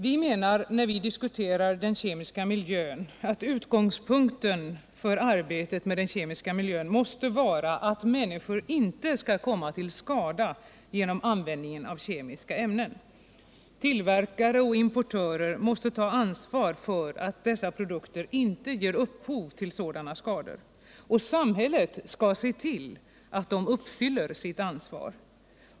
Vi menar när vi diskuterar den kemiska miljön att utgångspunkten för arbetet med den kemiska miljön måste vara att människor inte skall komma till skada genom användningen av kemiska ämnen. Tillverkare och importörer måste ta ansvar för att dessa produkter inte ger upphov till sådana skador, och det är samhället som måste se till att de tar detta ansvar.